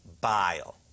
bile